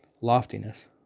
loftiness